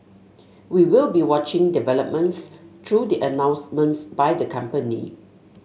we will be watching developments through the announcements by the company